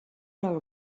nor